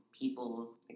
people